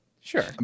Sure